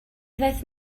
ddaeth